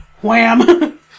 wham